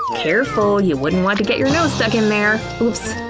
carefull, you wouldn't want to get your nose stuck in there! oops!